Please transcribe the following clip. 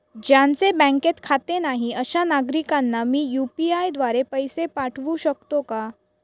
ज्यांचे बँकेत खाते नाही अशा नागरीकांना मी यू.पी.आय द्वारे पैसे पाठवू शकतो का?